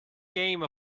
came